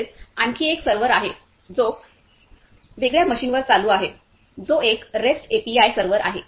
तसेच आणखी एक सर्व्हर आहे जो वेगळ्या मशीनवर चालू आहे जो एक रेस्ट एपीआय सर्व्हर आहे